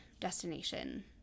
destination